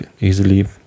easily